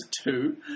two